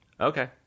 Okay